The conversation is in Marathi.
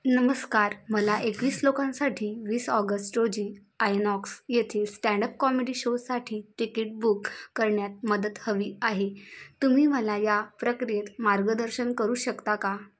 नमस्कार मला एकवीस लोकांसाठी वीस ऑगस्ट रोजी आयनॉक्स येथे स्टँड अप कॉमेडी शोसाठी तिकीट बुक करण्यात मदत हवी आहे तुम्ही मला या प्रक्रियेत मार्गदर्शन करू शकता का